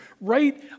right